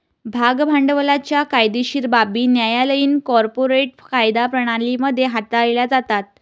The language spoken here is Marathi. भाग भांडवलाच्या कायदेशीर बाबी न्यायालयीन कॉर्पोरेट कायदा प्रणाली मध्ये हाताळल्या जातात